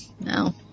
No